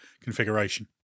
configuration